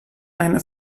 eine